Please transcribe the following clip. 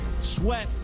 Sweat